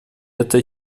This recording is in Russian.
это